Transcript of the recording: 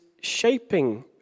shaping